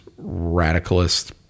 radicalist